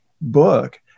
book